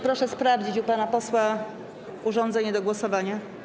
Proszę sprawdzić u pana posła urządzenie do głosowania.